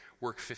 work